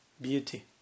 beauty